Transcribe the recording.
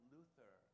Luther